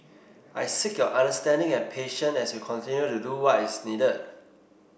I seek your understanding and patience as we continue to do what is needed